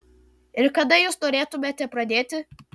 ir kada jūs norėtumėte pradėti